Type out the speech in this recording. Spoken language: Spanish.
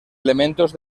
elementos